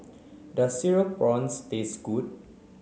does cereal prawns taste good